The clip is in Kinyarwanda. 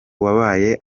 wabaye